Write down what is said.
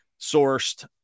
sourced